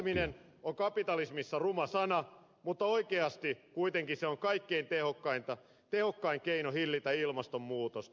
säästäminen on kapitalismissa ruma sana mutta oikeasti kuitenkin se on kaikkein tehokkain keino hillitä ilmastonmuutosta